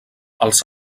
els